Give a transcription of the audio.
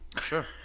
Sure